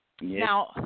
now